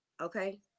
okay